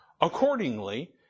accordingly